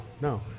no